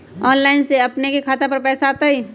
Online से अपने के खाता पर पैसा आ तई?